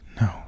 No